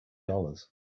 dollars